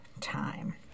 time